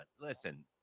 listen